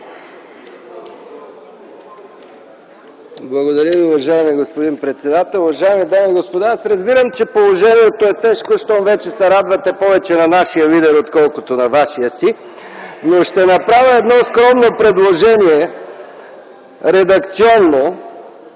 Благодаря Ви, уважаеми господин председател. Уважаеми дами и господа, аз разбирам, че положението е тежко щом вече се радвате повече на нашия лидер, отколкото на вашия си, но ще направя едно скромно предложение редакционно,